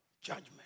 judgment